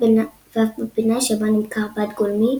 ואף בפינה שבה נמכר בד גולמי,